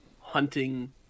hunting